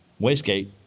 wastegate